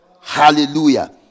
hallelujah